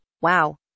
Wow